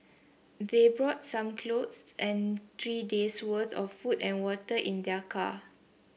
they brought some clothes and three days' worth of food and water in their car